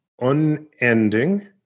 unending